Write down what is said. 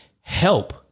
help